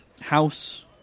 house